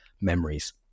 memories